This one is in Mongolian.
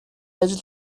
ажил